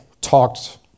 talked